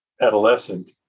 adolescent